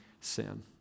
sin